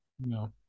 no